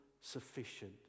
sufficient